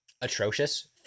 atrocious